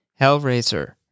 Hellraiser